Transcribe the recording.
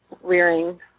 rearing